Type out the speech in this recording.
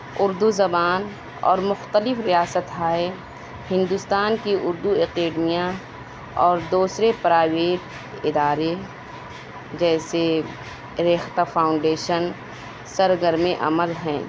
اُردو زبان اور مختلف ریاست ہے ہندوستان کی اُردو اکیڈمیاں اور دوسرے پراویٹ ادارے جیسے ریختہ فاؤنڈیشن سرگرمِ عمل ہیں